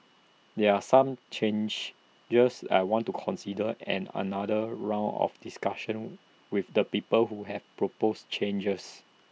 there are some changes years I want to consider and another round of discussion with the people who have proposed changes